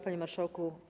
Panie Marszałku!